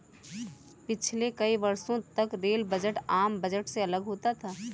पिछले कई वर्षों तक रेल बजट आम बजट से अलग होता था